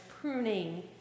pruning